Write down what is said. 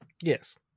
Yes